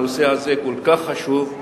הנושא הזה כל כך חשוב,